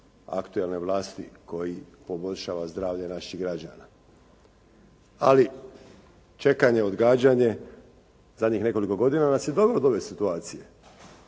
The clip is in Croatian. aktualne vlasti koji poboljšava zdravlje naših građana. Ali čekanje, odgađanje zadnjih nekoliko godina nas je dovelo do ove situacije